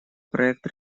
проект